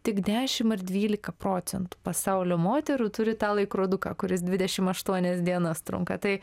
tik dešim ar dvylika procentų pasaulio moterų turi tą laikroduką kuris dvidešim aštuonias dienas trunka tai